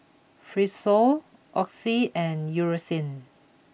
Fibrosol Oxy and Eucerin